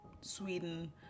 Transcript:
Sweden